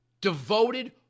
devoted